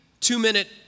two-minute